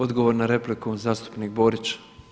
Odgovor na repliku zastupnik Borić.